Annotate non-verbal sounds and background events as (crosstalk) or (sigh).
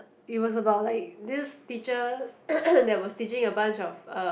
it was about like this teacher (noise) that was teaching a bunch of um